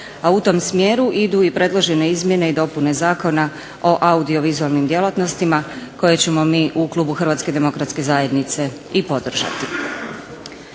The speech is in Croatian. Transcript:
a u tome smjeru idu i predložene izmjene i dopune Zakona o audiovizualnim djelatnostima koje ćemo mi u klubu HDZ-a i podržati.